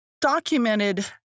documented